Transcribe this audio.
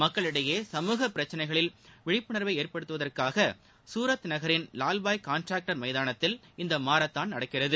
மக்களிடையே சமூகப் பிரச்சினைகளில் விழிப்புணர்வை ஏற்படுத்துவதற்காக சூரத் நகரின் லால்பாய் காண்ட்ராக்டர் மைதானத்தில் இந்த மாரத்தான் நடக்கிறது